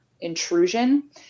intrusion